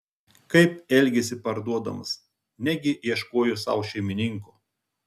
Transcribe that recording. kaip elgėsi parduodamas negi ieškojo sau šeimininko